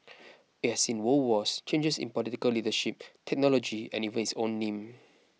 it has seen world wars changes in political leadership technology and even its own name